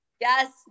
Yes